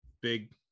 big